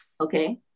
Okay